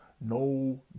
No